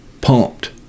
pumped